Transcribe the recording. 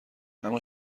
اما